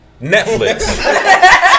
Netflix